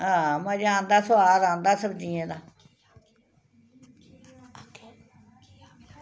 हां मजा औंदा सोआद औंदा सब्जियें दा